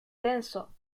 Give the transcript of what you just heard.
tenso